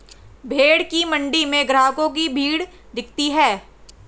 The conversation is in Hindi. भेंड़ की मण्डी में ग्राहकों की भीड़ दिखती है